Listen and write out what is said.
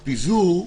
הפיזור,